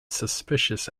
suspicious